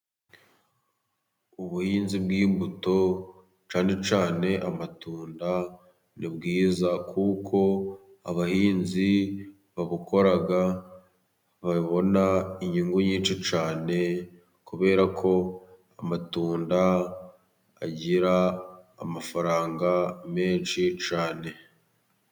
Ubuhinzi bw'imbuto cyane cyane amatunda ni bwiza kuko abahinzi babukora babona inyungu nyinshi cyane, kubera ko amatunda agira amafaranga menshi cyane.